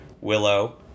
Willow